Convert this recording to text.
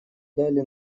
дали